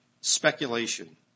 speculation